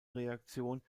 reaktion